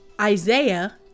Isaiah